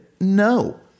No